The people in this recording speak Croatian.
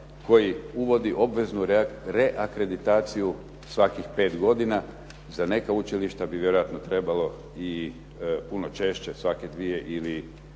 koji uvodi obveznu reakreditaciju svakih pet godina. Za neka učilišta bi vjerojatno trebalo i puno češće, svake dvije ili